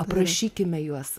prašykime juos